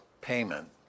payment